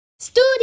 STUDIO